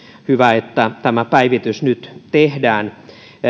hyvä että tämä päivitys nyt tehdään